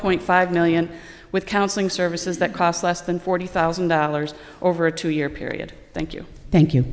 point five million with counseling services that cost less than forty thousand dollars over a two year period thank you thank you